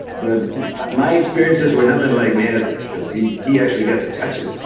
but but my experiences were nothing like mass's because he he actually got to touch it.